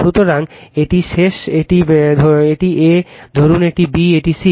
সুতরাং এটি শেষ এটি A ধরুন এটি B এটি C